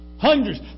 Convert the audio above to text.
Hundreds